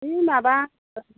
होइ माबा